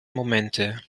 momente